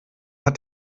hat